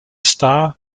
star